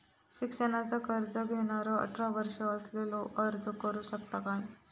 शिक्षणाचा कर्ज घेणारो अठरा वर्ष असलेलो अर्ज करू शकता काय?